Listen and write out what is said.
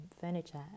furniture